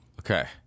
Okay